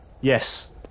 yes